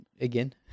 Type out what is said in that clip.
again